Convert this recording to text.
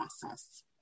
process